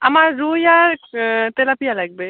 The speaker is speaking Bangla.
আমার রুই আর তেলাপিয়া লাগবে